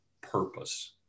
purpose